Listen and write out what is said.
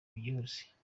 byihuse